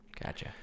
Gotcha